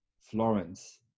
Florence